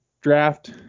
draft